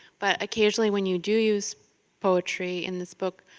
but occasionally when you do use poetry in this book,